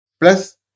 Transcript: plus